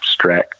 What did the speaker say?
strat